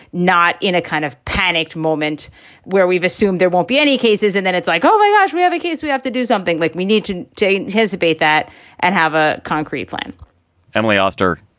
not in a kind of panicked moment where we've assumed there won't be any cases. and then it's like, oh, my gosh, we have a case. we have to do something like we need to take his debate that and have a concrete plan emily oster,